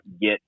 get